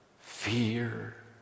Fear